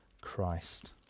Christ